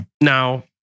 Now